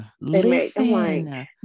listen